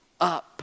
up